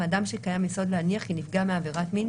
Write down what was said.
מאדם שקיים יסוד להניח כי נפגע מעבירת מין,